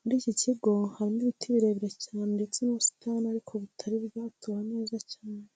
Muri iki kigo harimo ibiti birebire cyane ndetse n'ubusitani ariko butari bwatoha neza cyane.